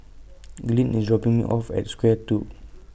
Glynn IS dropping Me off At Square two